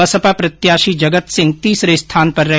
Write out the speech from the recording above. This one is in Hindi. बसपा प्रत्याशी जगत सिंह तीसरे स्थान पर रहे